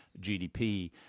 GDP